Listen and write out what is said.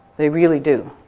they really do.